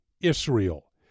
Israel